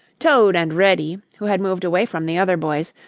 toad and reddy, who had moved away from the other boys,